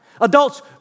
Adults